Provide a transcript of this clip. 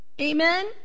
amen